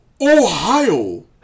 Ohio